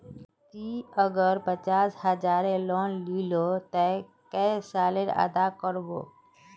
ती अगर पचास हजारेर लोन लिलो ते कै साले अदा कर बो?